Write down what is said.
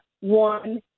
one